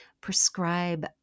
prescribe